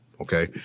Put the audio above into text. Okay